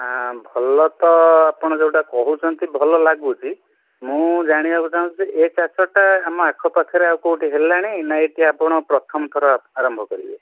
ହଁ ଭଲ ତ ଆପଣ ଯେଉଁଟା କହୁଛନ୍ତି ଭଲ ଲାଗୁଛି ମୁଁ ଜାଣିବାକୁ ଚାହୁଁଛି ଏ ଚାଷଟା ଆମ ଆଖପାଖରେ ଆଉ କେଉଁଠି ହେଲାଣି ନା ଏଇଠି ଆପଣ ପ୍ରଥମଥର ଆରମ୍ଭ କରିବେ